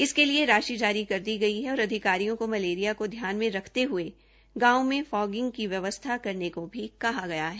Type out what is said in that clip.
इसके लिए राशि जारी कर दी गई है और अधिकारियों को मलेरिया को ध्यान में रखते हये गांवों में फॉगिंग की व्यवस्था करने को कहा गया है